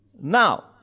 Now